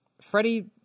Freddie